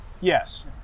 Yes